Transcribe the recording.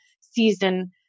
season